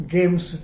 Games